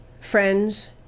Friends